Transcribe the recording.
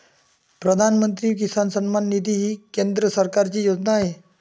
प्रधानमंत्री किसान सन्मान निधी ही केंद्र सरकारची योजना आहे